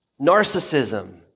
narcissism